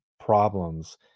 problems